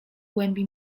głębi